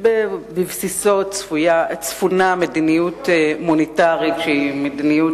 שבבסיסו צפונה מדיניות מוניטרית שהיא מדיניות